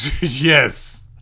Yes